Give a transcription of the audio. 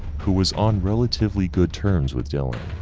who was on relatively good terms with dylan.